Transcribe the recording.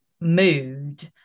mood